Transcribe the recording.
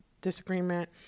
disagreement